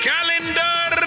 Calendar